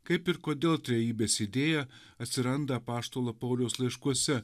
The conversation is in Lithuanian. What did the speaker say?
kaip ir kodėl trejybės idėja atsiranda apaštalo pauliaus laiškuose